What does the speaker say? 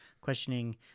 questioning